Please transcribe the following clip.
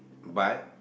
but